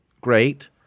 great